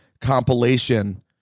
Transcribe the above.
compilation